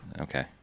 Okay